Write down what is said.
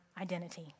identity